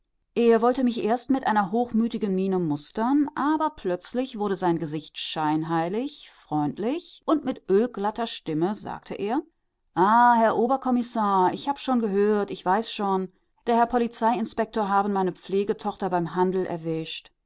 er wollte mich erst mit einer hochmütigen miene mustern aber plötzlich wurde sein gesicht scheinheilig freundlich und mit ölglatter stimme sagte er ah herr oberkommissar ich hab schon gehört weiß schon der herr polizeiinspektor haben meine pflegetochter beim handel erwischt